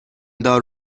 دار